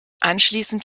anschließend